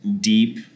deep